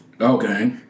Okay